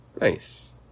Nice